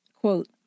quote